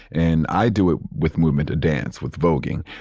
and i do it with movement, a dance, with voguing.